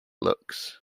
looks